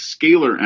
scalar